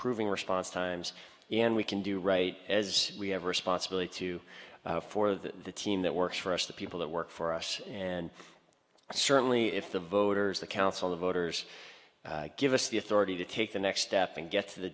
proving response times and we can do right as we have a responsibility to for the team that works for us the people that work for us and certainly if the voters the council of voters give us the authority to take the next step and get to the